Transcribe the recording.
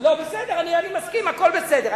אני מסכים, הכול בסדר.